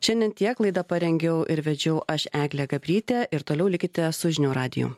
šiandien tiek laidą parengiau ir vedžiau aš eglė gabrytė ir toliau likite su žinių radiju